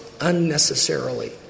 unnecessarily